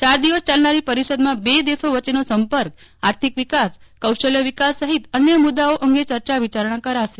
ચાર દિવસ ચાલનારી પરિષદમાં બે દેશો વચ્ચેનો સંપર્ક આર્થિક વિકાસ કૌશલ્ય વિકાસ સહિત અન્ય મુદ્દાઓ અંગે ચર્ચા વિચારણા કરાશે